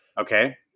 Okay